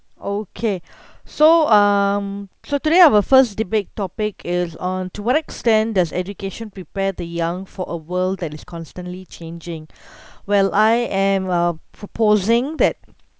okay so um so today our first debate topic is on to what extent does education prepare the young for a world that is constantly changing well I am well proposing that